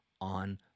on